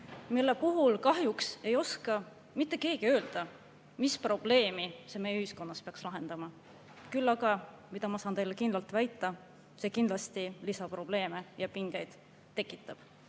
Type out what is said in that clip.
mille puhul ei oska kahjuks mitte keegi öelda, mis probleemi see meie ühiskonnas peaks lahendama. Küll aga, mida ma saan teile kindlalt väita: see kindlasti tekitab lisaprobleeme ja pingeid. Kuidas